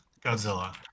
Godzilla